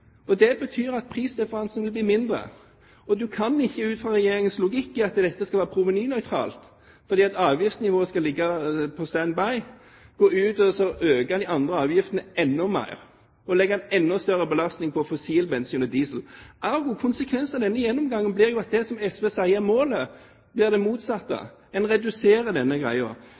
bioetanolbiler. Det betyr at prisdifferansen vil bli mindre. Du kan ikke ut fra Regjeringens logikk om at dette skal være provenynøytralt – fordi avgiftsnivået skal ligge på stand by – gå ut og øke de andre avgiftene enda mer, og med det legge en enda større belastning på fossil bensin og diesel. Ergo: Konsekvensen av denne gjennomgangen blir jo at det som SV sier er målet, blir det motsatte. En reduserer denne greia.